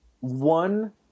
one